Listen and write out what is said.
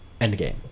Endgame